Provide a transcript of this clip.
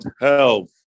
health